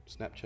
Snapchat